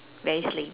very slim